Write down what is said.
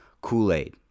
Kool-Aid